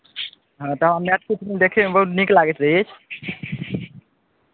हँ तऽ हमरा मैथिली फिलिम देखयमे बहुत नीक लागैत अछि